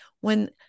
when-